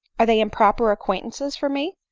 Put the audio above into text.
are they improper acquaintances for me?